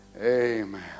Amen